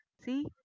See